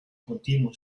continuo